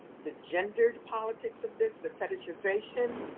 the gendered politics of this, the fetishization